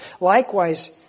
Likewise